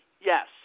yes